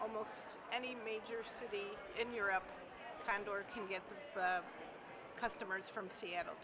almost any major city in europe and or can get customers from seattle